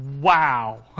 wow